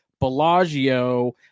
Bellagio